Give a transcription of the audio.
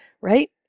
right